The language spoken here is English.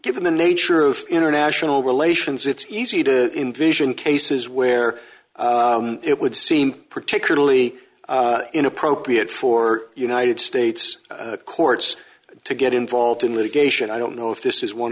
given the nature of international relations it's easy to invision cases where it would seem particularly inappropriate for united states courts to get involved in litigation i don't know if this is one